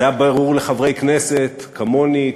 זה היה ברור לחברי כנסת כמוני,